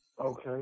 okay